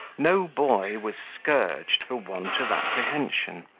no boy was scourged for want of apprehension,